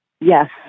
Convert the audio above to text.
Yes